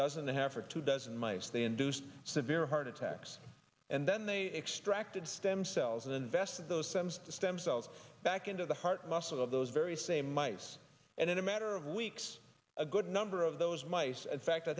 does and a half or two dozen mice they induced severe heart attacks and then they extracted stem cells and invested those sems to stem cells back into the heart muscle of those very same mice and in a matter of weeks a good number of those mice at fact i